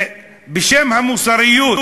ובשם המוסריות,